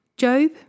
Job